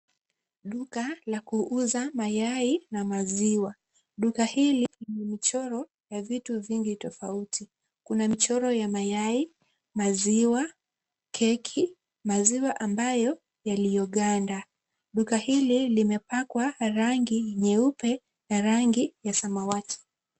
Duka la kuuza mayai na maziwa. Duka hili lina michoro ya vitu vingi tofauti. Kuna michoro ya mayai, maziwa, keki, maziwa ambayo yaliyoganda. Duka hili limepakwa rangi nyeupe na rangi ya samawati.